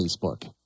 Facebook